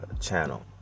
channel